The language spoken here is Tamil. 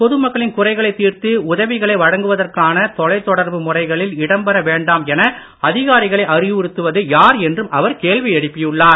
பொதுமக்களின் குறைகளைத் தீர்த்து உதவிகளை வழங்குவதற்கான தொலைதொடர்பு முறைகளில் இடம்பெற வேண்டாம் என அதிகாரிகளை அறிவுறுத்துவது யார் என்றும் அவர் கேள்வி எழுப்பியுள்ளார்